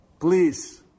Please